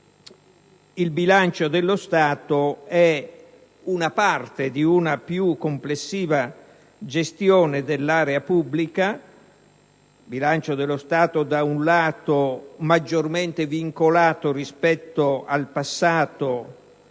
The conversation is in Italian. il bilancio dello Stato è parte di una più complessiva gestione dell'area pubblica: da un lato, è maggiormente vincolato rispetto al passato,